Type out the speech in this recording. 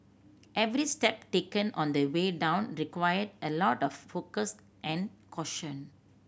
every step taken on the way down required a lot of focus and caution